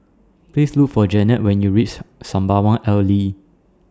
Please Look For Jennette when YOU REACH Sembawang Alley